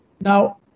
Now